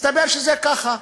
מסתבר שזה ככה,